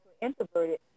introverted